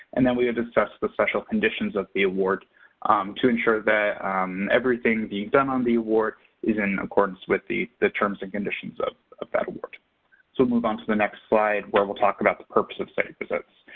and then we would assess the special conditions of the award to ensure that everything being done on the award is in accordance with the the terms and conditions of of that award. so we'll move on to the next slide where we'll talk about the purpose of site visits.